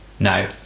No